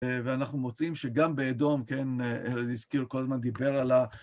ואנחנו מוצאים שגם באדום, כן, הוא הזכיר, כל הזמן דיבר על ה...